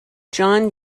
john